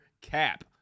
Cap